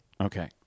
Okay